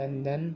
London